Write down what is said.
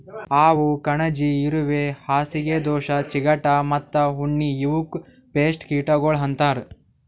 ಹಾವು, ಕಣಜಿ, ಇರುವೆ, ಹಾಸಿಗೆ ದೋಷ, ಚಿಗಟ ಮತ್ತ ಉಣ್ಣಿ ಇವುಕ್ ಪೇಸ್ಟ್ ಕೀಟಗೊಳ್ ಅಂತರ್